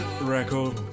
record